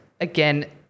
Again